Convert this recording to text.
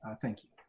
ah thank you,